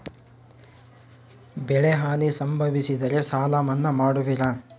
ಬೆಳೆಹಾನಿ ಸಂಭವಿಸಿದರೆ ಸಾಲ ಮನ್ನಾ ಮಾಡುವಿರ?